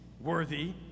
worthy